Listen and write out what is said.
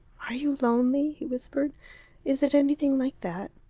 are you lonely? he whispered is it anything like that?